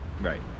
right